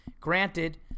Granted